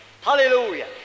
Hallelujah